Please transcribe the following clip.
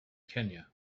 kenya